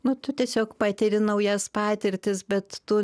nu tu tiesiog patiri naujas patirtis bet tu